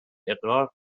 اقرار